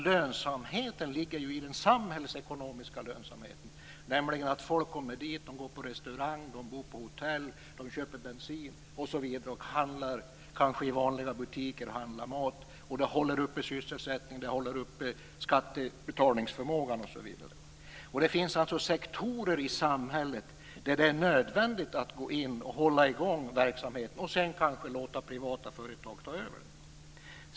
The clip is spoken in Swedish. Lönsamheten ligger ju i den samhällsekonomiska lönsamheten, dvs. att folk kommer dit och går på restaurang, bor på hotell, köper bensin och handlar mat i vanliga butiker. Det håller uppe sysselsättningen, skattebetalningsförmågan osv. Det finns alltså sektorer i samhället där det är nödvändigt att gå in och hålla i gång verksamheten för att kanske senare låta privata företag ta över den.